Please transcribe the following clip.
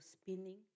spinning